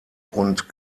und